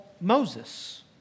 Moses